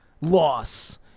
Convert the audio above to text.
loss